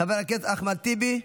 חבר הכנסת אחמד טיבי,